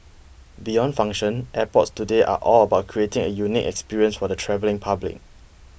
beyond function airports today are all about creating a unique experience for the travelling public